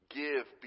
give